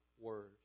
word